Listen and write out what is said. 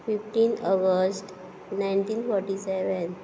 fifteen August nineteen forty seven